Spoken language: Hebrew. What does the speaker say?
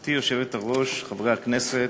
גברתי היושבת-ראש, חברי הכנסת,